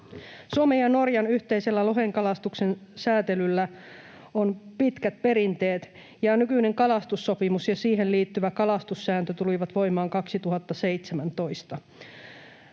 Suomen ja Norjan yhteisellä lohenkalastuksen säätelyllä on pitkät perinteet, ja nykyinen kalastussopimus ja siihen liittyvä kalastussääntö tulivat voimaan 2017.